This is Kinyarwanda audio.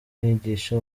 mwigisha